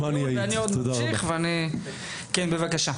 עורכת דין נועם וילדר, המועצה לשלום הילד, בבקשה.